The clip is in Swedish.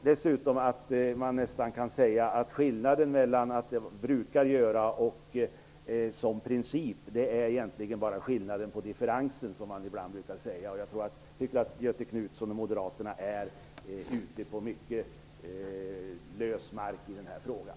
Dessutom tror jag att man kan säga att skillnaden mellan "brukar göra" och "som princip" egentligen bara är skillnaden på differensen, som man ibland brukar säga. Jag tycker att Göthe Knutson och moderaterna är ute på mycket lös mark i den här frågan.